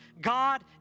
God